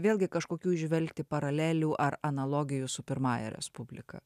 vėlgi kažkokių įžvelgti paralelių ar analogijų su pirmąja respublika